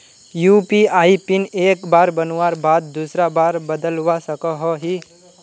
UPI PIN एक बार बनवार बाद दूसरा बार बदलवा सकोहो ही?